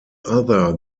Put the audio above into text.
other